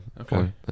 Okay